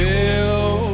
Feel